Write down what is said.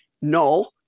No